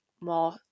more